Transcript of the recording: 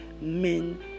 men